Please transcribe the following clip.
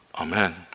Amen